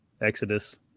Exodus